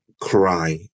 cry